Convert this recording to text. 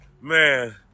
Man